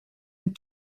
and